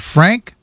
Frank